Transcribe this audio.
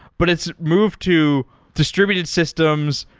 but it's moved to distributed systems.